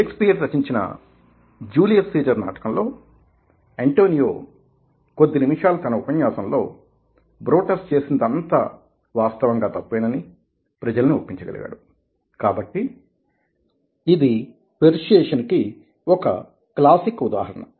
Shakespeare రచించిన Julius Caesar నాటకంలో Antonio కొద్ది నిమిషాల తన ఉపన్యాసంలో బ్రూటస్ చేసినదంతా వాస్తవంగా తప్పేనని ప్రజలని ఒప్పించి గలిగాడు కాబట్టి ఇది పెర్సుయేసన్ కి ఒక క్లాసిక్ ఉదాహరణ